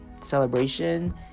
celebration